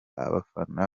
abafana